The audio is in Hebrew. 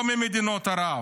לא ממדינות ערב.